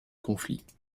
conflit